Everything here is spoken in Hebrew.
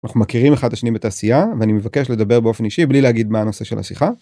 אנחנו מכירים אחד השני בתעשייה ואני מבקש לדבר באופן אישי בלי להגיד מה הנושא של השיחה.